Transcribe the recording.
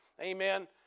amen